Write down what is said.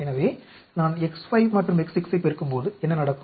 எனவே நான் X5 மற்றும் X6 ஐ பெருக்கும்போது என்ன நடக்கும்